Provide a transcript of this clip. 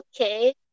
okay